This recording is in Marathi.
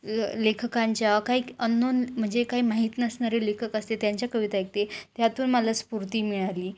लेखकांच्या काही अन्नोन म्हणजे काही माहीत नसणारे लेखक असते त्यांच्या कविता ऐकते त्यातून मला स्फूर्ती मिळाली